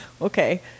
okay